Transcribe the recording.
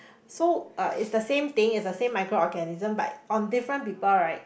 so uh it's the same thing it's a same micro organism but on different people right